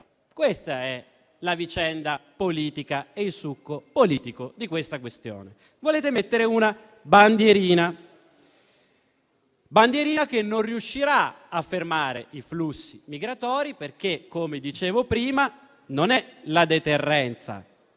questa è la vicenda politica, il succo politico della questione. Volete mettere una bandierina, che non riuscirà a fermare i flussi migratori perché, come dicevo prima, non sono né la deterrenza